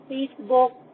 Facebook